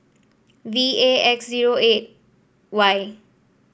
V A X zero eight Y